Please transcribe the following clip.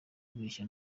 kubeshya